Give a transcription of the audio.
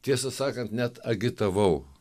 tiesą sakant net agitavau